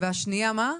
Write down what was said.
והשנייה מה?